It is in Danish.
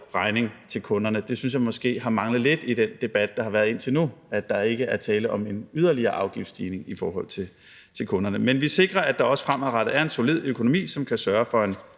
regning til kunderne. Jeg synes måske, det har manglet lidt i den debat, der har været indtil nu, at der ikke er tale om en yderligere afgiftsstigning i forhold til kunderne. Men vi sikrer, at der også fremadrettet er en solid økonomi, som kan sørge for en